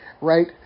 right